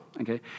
okay